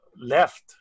left